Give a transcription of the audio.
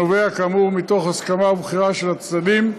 הנובע כאמור מתוך הסכמה ובחירה של הצדדים,